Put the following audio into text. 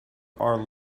are